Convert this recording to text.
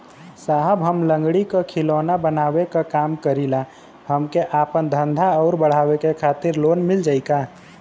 साहब हम लंगड़ी क खिलौना बनावे क काम करी ला हमके आपन धंधा अउर बढ़ावे के खातिर लोन मिल जाई का?